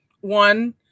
One